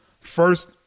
First